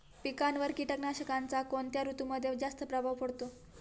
पिकांवर कीटकनाशकांचा कोणत्या ऋतूमध्ये जास्त प्रभाव पडतो?